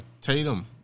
Tatum